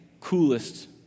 coolest